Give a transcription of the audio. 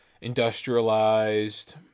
industrialized